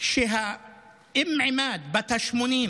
באנגלית שאום עימאד בת ה-80,